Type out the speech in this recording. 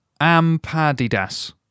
Ampadidas